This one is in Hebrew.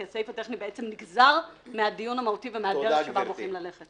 כי הסעיף הטכני בעצם נגזר מהדיון המהותי ומהדרך שבה בוחרים ללכת.